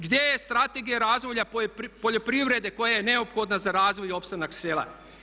Gdje je strategija razvoja poljoprivrede koja je neophodna za razvoj i opstanak sela?